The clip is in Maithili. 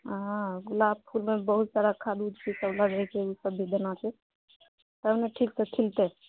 हँ गुलाब फूलमे बहुत सारा खाली छूटल भए जाइ छै ओ सब भी लेना छै चलु ठीक अछि ठीक अछि